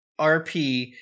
RP